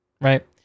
Right